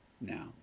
Now